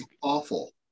awful